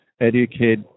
educate